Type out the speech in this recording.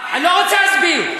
תסביר מה